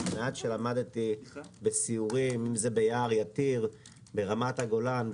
מהמעט שלמדתי בסיורים ביער יתיר וברמת הגולן,